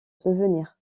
souvenir